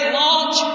launch